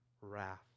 wrath